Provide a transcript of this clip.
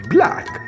Black